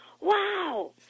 Wow